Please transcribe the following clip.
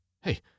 Hey